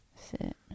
Sit